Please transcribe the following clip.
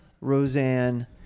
Roseanne